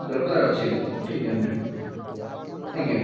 ଦରକାର ଅଛି ଏବେ ପଠେଇ ଦିଅନ୍ତୁ ଟିକେ ଆଜ୍ଞା